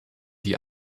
die